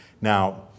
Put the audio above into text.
now